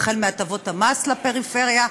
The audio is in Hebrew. החל בהטבות המס לפריפריה.